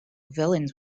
villains